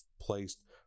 placed